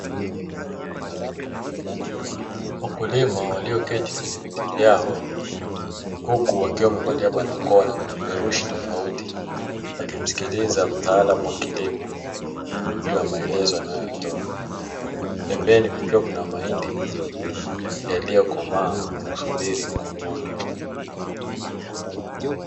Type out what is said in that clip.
Wakulima walioketi kwenye viti vyao, huku wakiwa wamevalia barakoa na vipeperushi tofauti. Wakimsikiliza mtaalamu wa kilimo, juu ya maelezo anayotoa. Pembeni kukiwa na mahindi yaliyokomaa kusubiri kuvunwa.